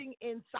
inside